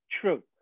True